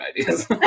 ideas